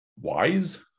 wise